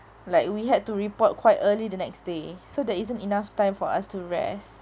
like we had to report quite early the next day so there isn't enough time for us to rest